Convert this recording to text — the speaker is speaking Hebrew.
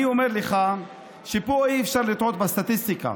אני אומר לך שפה אי-אפשר לטעות בסטטיסטיקה,